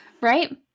Right